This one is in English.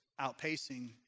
outpacing